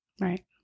Right